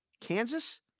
Kansas